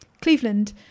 Cleveland